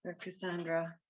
Cassandra